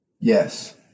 yes